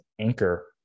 anchor